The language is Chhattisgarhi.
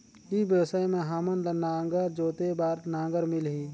ई व्यवसाय मां हामन ला नागर जोते बार नागर मिलही?